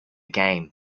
game